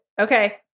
Okay